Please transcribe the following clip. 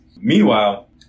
Meanwhile